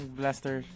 blaster